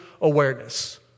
awareness